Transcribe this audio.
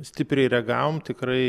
stipriai reagavom tikrai